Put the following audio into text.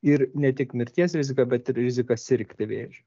ir ne tik mirties riziką bet ir riziką sirgti vėžiu